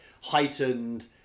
heightened